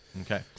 Okay